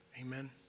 amen